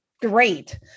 great